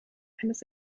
eines